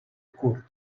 curt